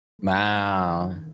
wow